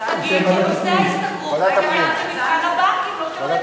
תגיד שנושא ההשתכרות הוא עניין של מבחן הבנקים,